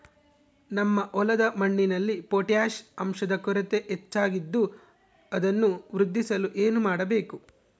ನಮ್ಮ ಹೊಲದ ಮಣ್ಣಿನಲ್ಲಿ ಪೊಟ್ಯಾಷ್ ಅಂಶದ ಕೊರತೆ ಹೆಚ್ಚಾಗಿದ್ದು ಅದನ್ನು ವೃದ್ಧಿಸಲು ಏನು ಮಾಡಬೇಕು?